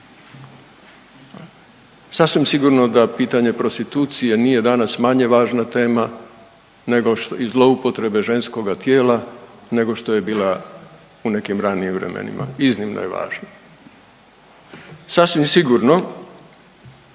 Sasvim sigurno da pitanje prostitucije nije danas manje važna tema i zloupotrebe ženskoga tijela nego što je bila u nekim ranijim vremenima, iznimno je važna. Sasvim sigurno